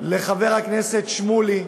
לחבר הכנסת שמולי,